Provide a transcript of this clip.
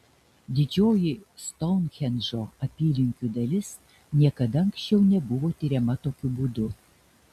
didžioji stounhendžo apylinkių dalis niekada anksčiau nebuvo tiriama tokiu būdu